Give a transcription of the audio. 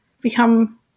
become